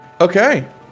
Okay